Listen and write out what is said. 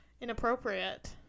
inappropriate